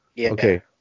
Okay